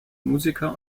musiker